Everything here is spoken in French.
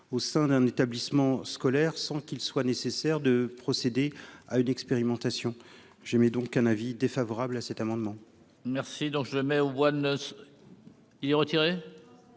au sein d'un établissement scolaire, sans qu'il soit nécessaire de procéder à une expérimentation j'aimais donc un avis défavorable à cet amendement.